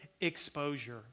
exposure